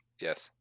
Yes